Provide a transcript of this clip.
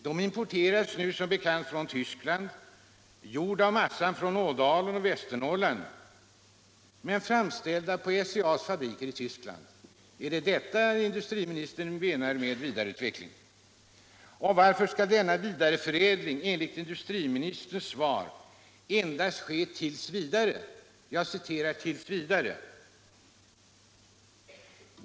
De importeras nu som bekant från Tyskland, gjorda av massan från Ådalen och Västernorrland men framställda på SCA:s fabriker i Tyskland. Är det detta industriministern menar med vidareförädling? Och varför skall denna vidareförädling enligt industriministerns svar endast ske ”t. v.”?